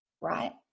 right